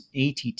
ATT